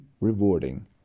rewarding